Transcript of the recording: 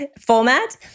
format